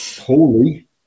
Holy